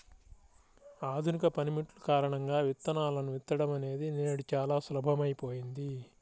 ఆధునిక పనిముట్లు కారణంగా విత్తనాలను విత్తడం అనేది నేడు చాలా సులభమైపోయింది